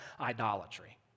idolatry